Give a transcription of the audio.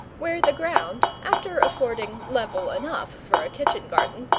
where the ground, after affording level enough for a kitchen-garden,